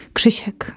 Krzysiek